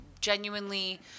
genuinely